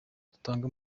dutange